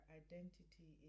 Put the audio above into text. identity